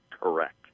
Correct